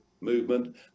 movement